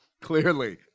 Clearly